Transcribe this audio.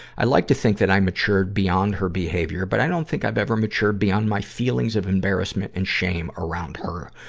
i like to think that i matured beyond her behavior, but i don't think i've ever matured beyond my feelings of embarrassment and shame around her.